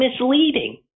misleading